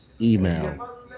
email